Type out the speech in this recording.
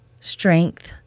strength